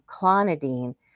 clonidine